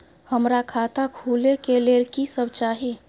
हमरा खाता खोले के लेल की सब चाही?